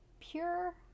pure